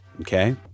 Okay